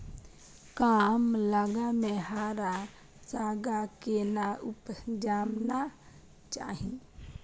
कम लग में हरा साग केना उपजाना चाही?